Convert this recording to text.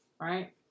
right